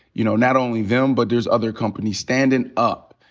you know, not only them, but there's other companies standin' up,